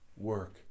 work